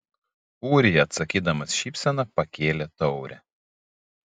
ūrija atsakydamas šypsena pakėlė taurę